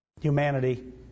humanity